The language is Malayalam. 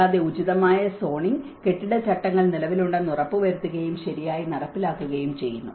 കൂടാതെ ഉചിതമായ സോണിംഗ് കെട്ടിട ചട്ടങ്ങൾ നിലവിലുണ്ടെന്ന് ഉറപ്പുവരുത്തുകയും ശരിയായി നടപ്പിലാക്കുകയും ചെയ്യുന്നു